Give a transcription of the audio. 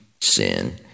sin